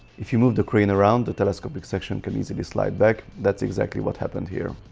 if you move the crane around the telescopic section can easily slide back that's exactly what happened here